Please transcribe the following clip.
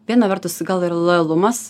viena vertus gal ir lojalumas